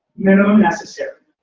minimum necessary,